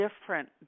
different